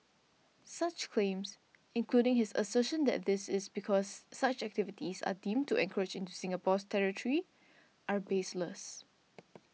such claims including his assertion that this is because such activities are deemed to encroach into Singapore's territory are baseless